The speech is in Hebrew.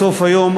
בסוף היום,